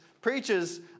preaches